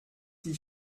die